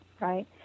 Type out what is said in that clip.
right